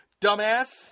dumbass